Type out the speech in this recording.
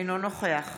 אינו נוכח